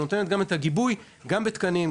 שנותנת את הגיבוי; גם בתקנים,